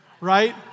right